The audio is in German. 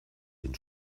den